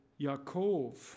Yaakov